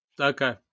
Okay